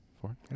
four